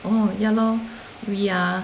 oh ya lor we are